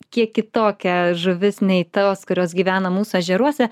kiek kitokia žuvis nei tos kurios gyvena mūsų ežeruose